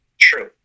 True